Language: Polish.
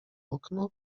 okno